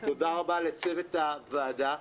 תודה רבה לצוות הוועדה.